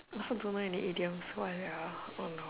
I also don't know any idioms oh no